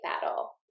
battle